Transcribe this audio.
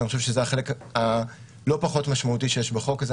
ואני חושב שזה החלק הלא פחות משמעותי שיש בחוק הזה.